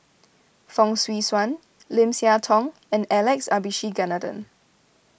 Fong Swee Suan Lim Siah Tong and Alex Abisheganaden